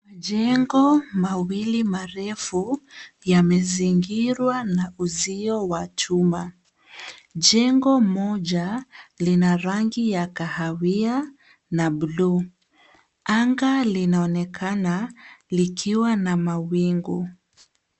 Jengo mawili marefu yamezingirwa na uzio wa chuma. Jengo moja lina rangi ya kahawia na bluu. Anga linaonekana likiwa na mawingu.